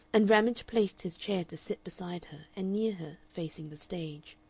and ramage placed his chair to sit beside her and near her, facing the stage.